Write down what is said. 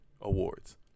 Awards